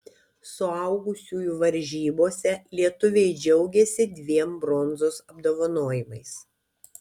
suaugusiųjų varžybose lietuviai džiaugėsi dviem bronzos apdovanojimais